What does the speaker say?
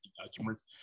customers